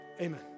Amen